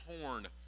horn